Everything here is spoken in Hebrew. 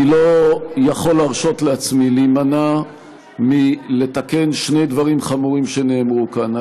אני לא יכול להרשות לעצמי להימנע מלתקן שני דברים חמורים שנאמרו כאן.